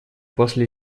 после